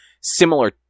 similar